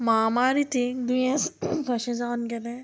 महामारी तीं दुयेंस कशें जावन गेलें